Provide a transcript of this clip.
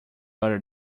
other